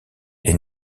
est